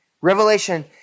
Revelation